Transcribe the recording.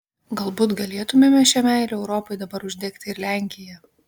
galbūt galėtumėme šia meile europai dabar uždegti ir lenkiją